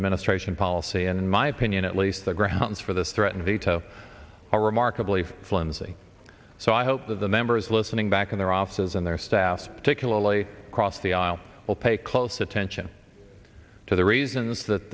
administration policy and in my opinion at least the grounds for this threat and veto are remarkably flimsy so i hope that the members listening back in their offices and their staffs particularly across the aisle will pay close attention to the reasons that